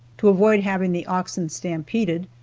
to avoid having the oxen stampeded,